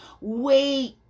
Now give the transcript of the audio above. wait